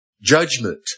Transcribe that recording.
judgment